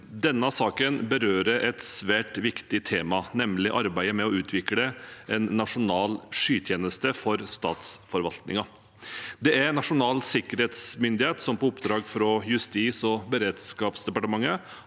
Denne saken berører et svært viktig tema, nemlig arbeidet med å utvikle en nasjonal skytjeneste for statsforvaltningen. Det er Nasjonal sikkerhetsmyndighet som på oppdrag fra Justis- og beredskapsdepartementet